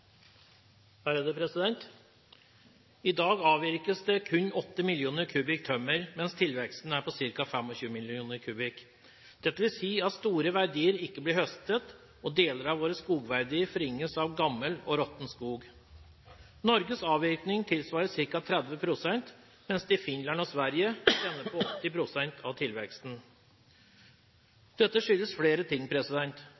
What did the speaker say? på ca. 25 millioner kubikk. Dette vil si at store verdier ikke blir høstet, og deler av våre skogverdier forringes av gammel og råtten skog. Norges avvirkning tilsvarer ca. 30 pst., mens i Finland og Sverige er denne på 80 pst. av